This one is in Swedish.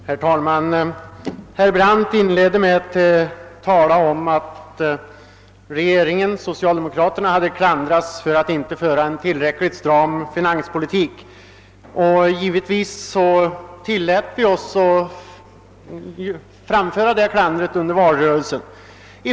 Herr talman! Herr Brandt inledde med att tala om att regeringen och det socialdemokratiska partiet hade klandrats för att inte föra en tillräckligt stram finanspolitik. Givetvis tillät vi oss att framföra det klandret under valrörelsen.